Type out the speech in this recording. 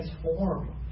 transform